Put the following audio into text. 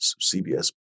CBS